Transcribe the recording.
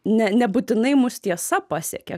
ne nebūtinai mus tiesa pasiekia